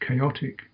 chaotic